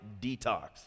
detox